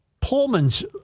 Pullman's